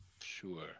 Sure